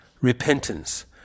repentance